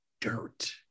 dirt